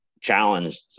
challenged